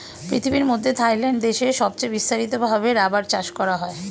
পৃথিবীর মধ্যে থাইল্যান্ড দেশে সবচে বিস্তারিত ভাবে রাবার চাষ করা হয়